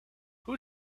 who